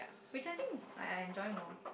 which I think is I I enjoy more